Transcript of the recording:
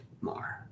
more